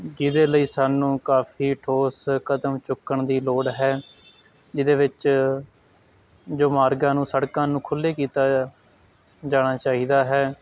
ਜਿਹਦੇ ਲਈ ਸਾਨੂੰ ਕਾਫੀ ਠੋਸ ਕਦਮ ਚੁੱਕਣ ਦੀ ਲੋੜ ਹੈ ਜਿਹਦੇ ਵਿੱਚ ਜੋ ਮਾਰਗਾਂ ਨੂੰ ਸੜਕਾਂ ਨੂੰ ਖੁੱਲ੍ਹਾ ਕੀਤਾ ਜਾਣਾ ਚਾਹੀਦਾ ਹੈ